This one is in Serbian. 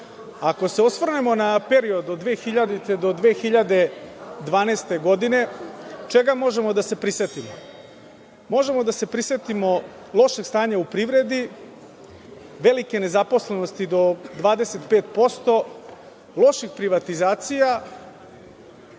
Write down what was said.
ako se osvrnemo na period od 2000. do 2012. godine, čega možemo da se prisetimo? Možemo da se prisetimo lošeg stanja u privredi, velike nezaposlenosti do 25%, loših privatizacija